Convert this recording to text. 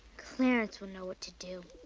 clarence will know what to do.